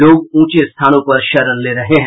लोग ऊंचे स्थानों पर शरण ले रहे हैं